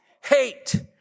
hate